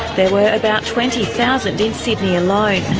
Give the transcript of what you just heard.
there were about twenty thousand in sydney alone.